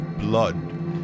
blood